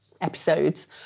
episodes